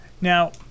Now